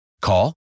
Call